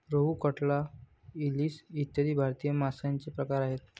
रोहू, कटला, इलीस इ भारतीय माशांचे प्रकार आहेत